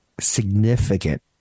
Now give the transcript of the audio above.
Significant